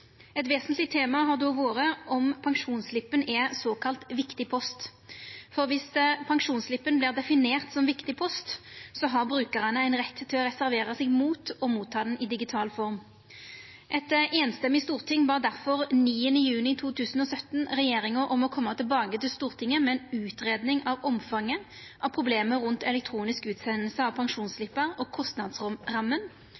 Eit vesentleg tema har då vore om pensjonsslippen er såkalla viktig post, for viss pensjonsslippen vert definert som viktig post, har brukarane ein rett til å reservera seg mot å ta han imot i digital form. Eit samrøystes storting bad difor 9. juni 2017 regjeringa om å koma tilbake til Stortinget med ei utgreiing av omfanget av problemet rundt elektronisk utsending av